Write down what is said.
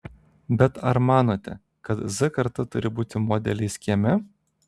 bet ar manote kad z karta turi būti modeliais kieme